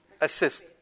assist